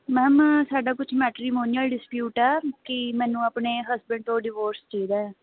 ma'am ਸਾਡਾ ਕੁਛ matrimonial dispute ਆ ਕਿ ਮੈਨੂੰ ਆਪਣੇ ਹਸਬੈਂਡ ਤੋਂ ਡੀਵੋਰਸ ਚਾਹੀਦਾ ਆ